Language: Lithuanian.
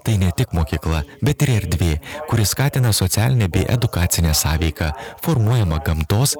tai ne tik mokykla bet ir erdvė kuri skatina socialinę bei edukacinę sąveiką formuojamą gamtos